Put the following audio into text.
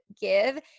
give